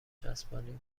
چسبانیده